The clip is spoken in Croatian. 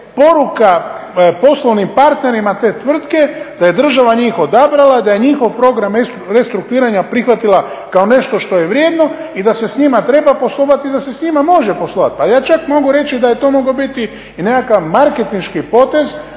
poruka poslovnim partnerima te tvrtke da je država njih odabrala, da je njihov program restrukturiranja prihvatila kao nešto što je vrijedno i da se s njima treba poslovati i da se s njima može poslovati. Pa ja čak mogu reći da je to mogao biti i nekakav marketinški potez